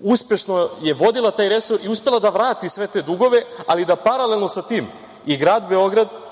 uspešno je vodila taj resor i uspela da vrati sve te dugove, ali da paralelno sa tim i grad Beograd nastavi